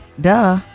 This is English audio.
duh